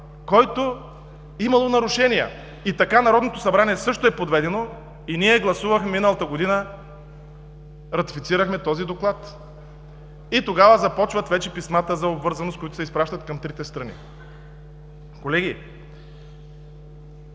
който е имало нарушения. Така Народното събрание също е подведено и миналата година ние ратифицирахме този Доклад. Тогава започват писмата за обвързаност, които се изпращат към трите страни. Колеги,